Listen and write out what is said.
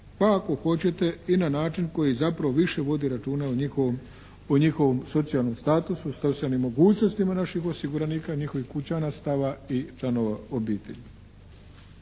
pa ako hoćete i na način koji zapravo više vodi računa o njihovom socijalnom statusu, socijalnom mogućnostima naših osiguranika, njihovih kućanstava i članova obitelji.